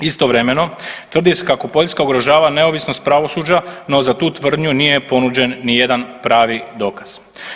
Istovremeno tvrdi se kako Poljska ugrožava neovisnost pravosuđa no za tu tvrdnju nije ponuđen ni jedan pravi dokaz.